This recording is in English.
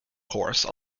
course